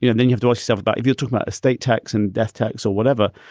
yeah then you have to ask yourself about if you took about estate tax and death tax or whatever.